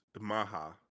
Maha